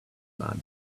man